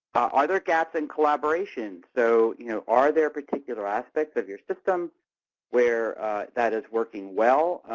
are there gaps in collaboration? so, you know, are there particular aspects of your system where that is working well,